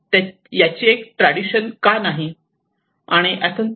याची एक ट्रॅडिशन का नाही